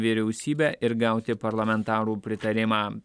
vyriausybę ir gauti parlamentarų pritarimą